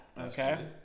Okay